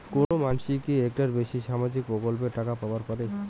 কোনো মানসি কি একটার বেশি সামাজিক প্রকল্পের টাকা পাবার পারে?